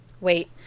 Wait